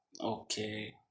Okay